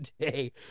today